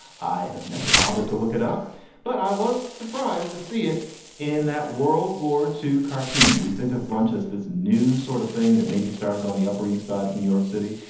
i have never bothered to look it up but i was surprised to see it in that world war two cartoon we think of brunch as this new sort of thing that maybe started on the upper east side of new york city.